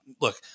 look